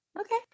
Okay